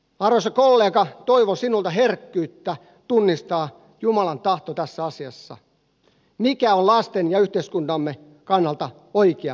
arvoisa kollega toivon sinulta herkkyyttä tunnistaa jumalan tahto tässä asiassa mikä on lasten ja yhteiskuntamme kannalta oikea päätös